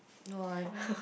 no I don't